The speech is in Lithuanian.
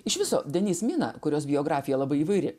iš viso denis mina kurios biografija labai įvairi